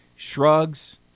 shrugs